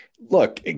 look